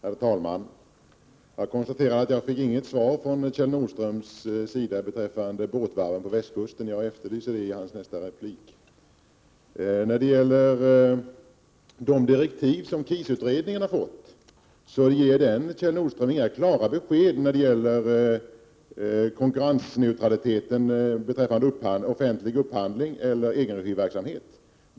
Herr talman! Jag konstaterar att jag inte fick något svar från Kjell Nordström beträffande båtvarven på västkusten, och jag efterlyser det i hans nästa replik. De direktiv som KIS-utredningen har fått ger inga klara besked om konkurrensneutraliteten vid offentlig upphandling eller egenregiverksamhet.